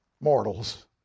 mortals